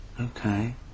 Okay